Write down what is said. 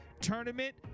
tournament